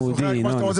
וכו'.